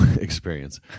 experience